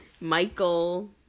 Michael